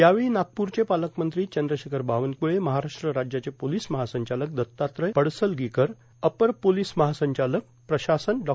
या वेळी नागपूरचे पालकमंत्री चंद्रशेखर बावनक्ळे महाराष्ट्र राज्याचे पोलोस महासंचालक दत्तात्रय पडसलगीकर अपर पोलोस महासंचालक प्रशासन डॉ